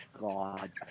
God